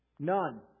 None